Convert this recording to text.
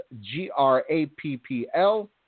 G-R-A-P-P-L